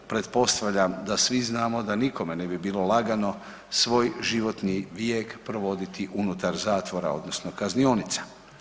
Pretpostavljam da svi znamo da nikome ne bi bilo lagano svoj životni vijek provoditi unutar zatvora odnosno kaznionica.